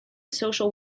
social